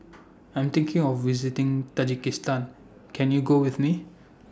I Am thinking of visiting Tajikistan Can YOU Go with Me